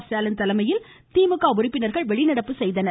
ஸ்டாலின் தலைமையில் திமுக உறுப்பினர்கள் வெளிநடப்பு செய்தனர்